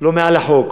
לא מעל החוק.